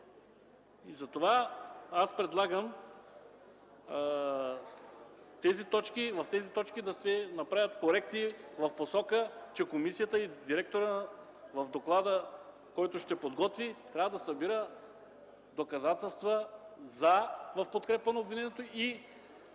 Затова предлагам в тези точки да се направят корекции в посока, че директорът в доклада, който ще подготви, трябва да събира доказателства в подкрепа на обвинението и